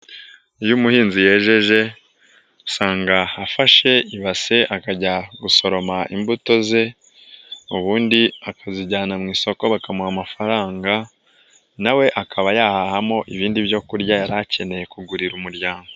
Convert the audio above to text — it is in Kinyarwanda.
Iyo umuhinzi yejeje usanga afashe ibase akajya gusoroma imbuto ze, ubundi akazijyana mu isoko bakamuha amafaranga, nawe akaba yahahamo ibindi byo kurya yari akeneye kugurira umuryango.